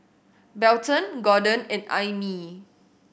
Belton Gorden and Aimee